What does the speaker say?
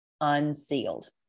unsealed